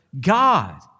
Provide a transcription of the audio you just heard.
God